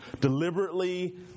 deliberately